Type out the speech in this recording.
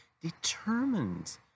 determined